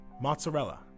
Mozzarella